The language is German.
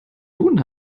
tun